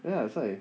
ya that's why